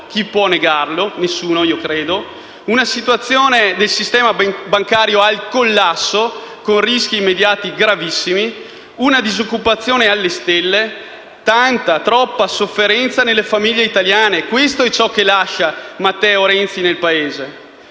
- e credo che nessuno possa negarlo - un sistema bancario al collasso, con rischi immediati gravissimi; una disoccupazione alle stelle; tanta, troppa sofferenza nelle famiglie italiane. Questo è ciò che lascia Matteo Renzi nel Paese: